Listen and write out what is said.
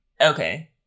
Okay